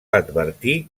advertir